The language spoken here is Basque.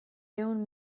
ehun